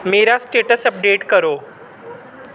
मेरा status update करो